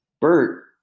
Bert